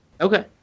Okay